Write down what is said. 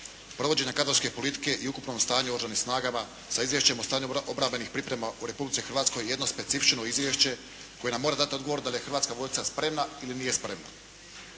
provođenje kadrovske politike i ukupnom stanju u oružanim snagama s Izvješćem o stanju obrambenih priprema u Republici Hrvatskoj je jedno specifično izvješće koje nam mora dati odgovor da li je Hrvatska vojska spremna ili nije spremna.